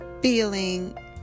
feeling